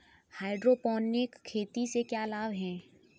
Hydroponic खेती से क्या लाभ हैं?